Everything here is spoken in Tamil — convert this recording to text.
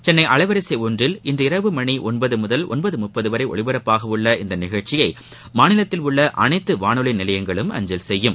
சென்னை அலைவரிசை ஒன்றில் இன்று இரவு மணி ஒன்பது முதல் ஒன்பது முப்பது வரை ஒலிபரப்பாகவுள்ள இந்த நிகழ்ச்சியை மாநிலத்தில் உள்ள அனைத்து வானொலி நிலையங்களும் அஞ்சல் செய்யும்